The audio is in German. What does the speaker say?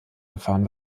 gefahren